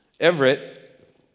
Everett